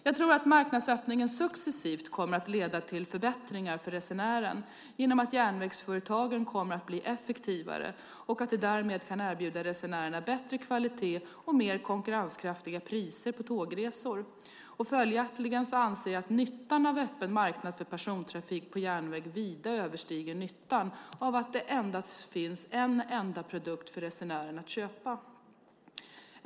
Jag tror att marknadsöppningen successivt kommer att leda till förbättringar för resenären genom att järnvägsföretagen kommer att bli effektivare och att de därmed kan erbjuda resenärerna bättre kvalitet och mer konkurrenskraftiga priser på tågresor. Följaktligen anser jag att nyttan av öppen marknad för persontrafik på järnväg vida överstiger nyttan av att det endast finns en enda produkt för resenären att köpa.